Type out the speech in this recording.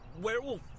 werewolf